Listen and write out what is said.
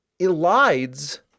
elides